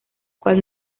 cual